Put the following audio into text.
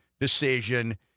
decision